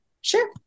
Sure